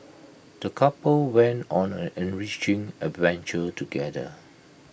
the couple went on an enriching adventure together